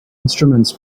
instruments